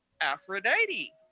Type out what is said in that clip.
Aphrodite